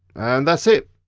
and that's it.